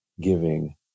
giving